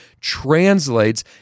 translates